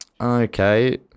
Okay